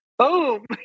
Boom